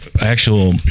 actual